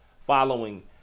following